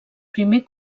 primer